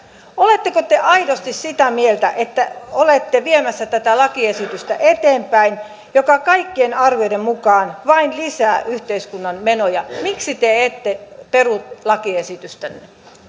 oletteko te aidosti sitä mieltä että olette viemässä tätä lakiesitystä eteenpäin joka kaikkien arvioiden mukaan vain lisää yhteiskunnan menoja miksi te ette peru lakiesitystänne